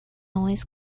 always